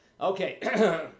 Okay